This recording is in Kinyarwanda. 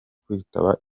kwitaba